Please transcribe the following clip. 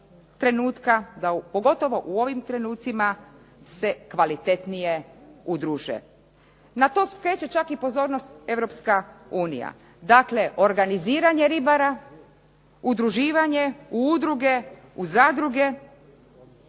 trenutka da pogotovo u ovim trenucima se kvalitetnije udruže. Na to skreće čak i pozornost Europska unija. Dakle organiziranje ribara, udruživanje u udruge, u zadruge